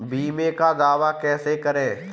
बीमे का दावा कैसे करें?